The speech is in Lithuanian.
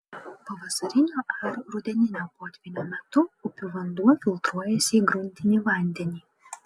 pavasarinio ar rudeninio potvynio metu upių vanduo filtruojasi į gruntinį vandenį